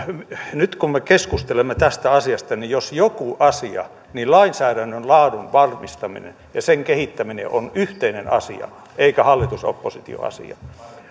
nyt kun me keskustelemme tästä asiasta niin jos joku asia niin lainsäädännön laadun varmistaminen ja sen kehittäminen on yhteinen asia eikä hallitus oppositio asia